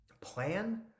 plan